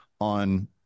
on